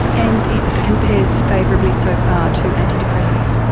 and it compares favourably so far to antidepressants.